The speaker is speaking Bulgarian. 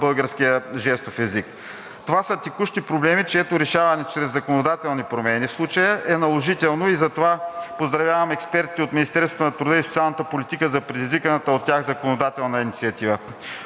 българския жестов език. Това са текущи проблеми, чието решаване чрез законодателни промени в случая, е наложително и затова поздравявам експертите от Министерството на труда и социалната политика за предизвиканата от тях законодателна инициатива.